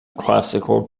classical